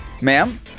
Ma'am